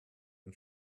ein